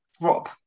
drop